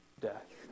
death